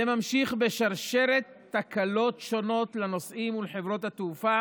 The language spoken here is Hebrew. זה ממשיך בשרשרת תקלות שונות לנוסעים ולחברות התעופה